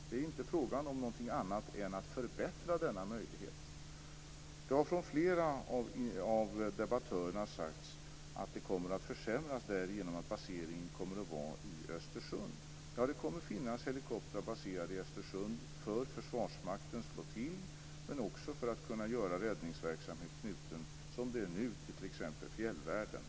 Det är inte fråga om något annat än att förbättra denna möjlighet. Det har av flera av debattörerna sagts att möjligheten kommer att försämras genom att baseringen kommer att vara i Östersund. Det kommer att finnas helikoptrar baserade i Östersund för Försvarsmaktens flottilj, men också, som det är nu, för att kunna utföra räddningsverksamhet knuten till t.ex. fjällvärlden.